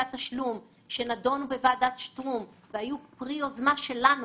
התשלום שנדונו בוועדת שטרום והיו פרי יוזמה שלנו,